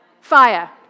Fire